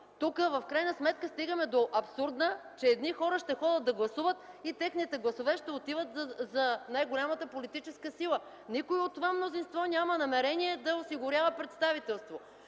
В крайна сметка тук стигаме до абсурда, че едни хора ще ходят да гласуват и техните гласове ще отиват за най-голямата политическа сила. Никой от това мнозинство няма намерение да осигурява представителство.